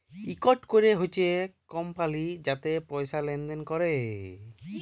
ইকট ক্যরে হছে কমপালি যাতে পয়সা লেলদেল ক্যরে